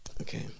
Okay